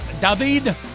david